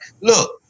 Look